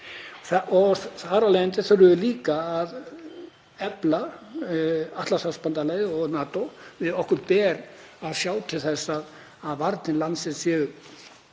Þar af leiðandi þurfum við líka að efla Atlantshafsbandalagið, NATO. Okkur ber að sjá til þess að varnir landsins séu